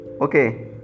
Okay